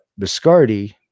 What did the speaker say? Biscardi